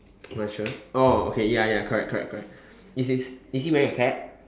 my shirt oh okay ya ya correct correct correct is his is he wearing a cap